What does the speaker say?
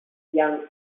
young